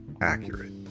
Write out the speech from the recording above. accurate